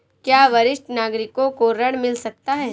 क्या वरिष्ठ नागरिकों को ऋण मिल सकता है?